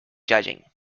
judging